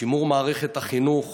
שימור מערכת החינוך